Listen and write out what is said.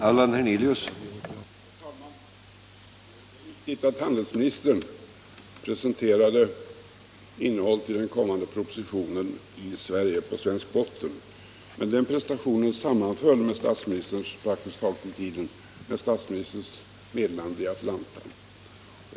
Herr talman! Det är riktigt att handelsministern presenterade innehållet i den kommande propositionen på svensk botten, men i tiden sammanföll praktiskt taget den prestationen med statsministerns meddelande i Atlanta.